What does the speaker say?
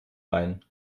bein